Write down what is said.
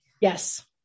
yes